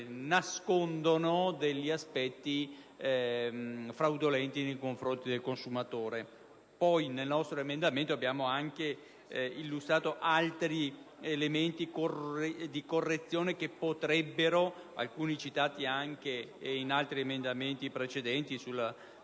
nascondono aspetti fraudolenti nei confronti del consumatore. Nel nostro emendamento abbiamo anche illustrato altri elementi di correzione, alcuni citati anche in altri emendamenti, per quanto